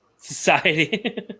Society